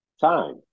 time